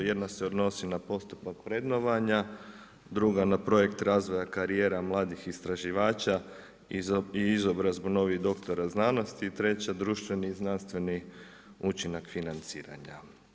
Jedna se odnosi na postupak vrednovanja, druga na projekt razvoja karijera mladih istraživača i izobrazbu novih doktora znanosti i treća društveni i znanstveni učinak financiranja.